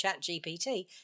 ChatGPT